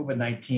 COVID-19